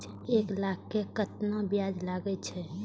एक लाख के केतना ब्याज लगे छै?